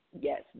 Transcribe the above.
Yes